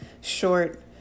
short